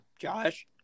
Josh